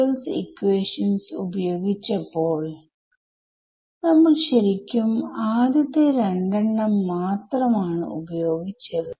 ഇനി നമുക്ക് numerical analysis of FDTD യുടെ വിശദാമ്ശങ്ങളിലേക്ക് കടക്കേണ്ടതുണ്ട്